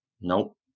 nope